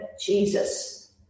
Jesus